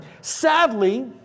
Sadly